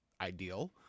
ideal